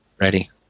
ready